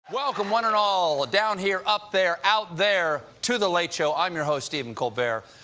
welcome one and all, down here, up there, out there, to the late show. i'm your host, stephen colbert.